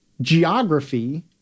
geography